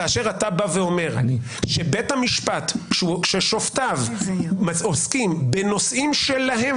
כאשר אתה בא ואומר שבית המשפט ששופטיו עוסקים בנושאים שלהם